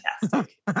fantastic